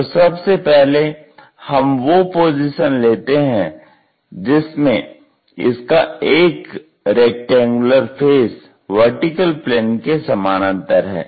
तो सबसे पहले हम वो पोजीशन लेते हैं जिसमें इसका एक रेक्टेंगुलर फेस VP के समानांतर है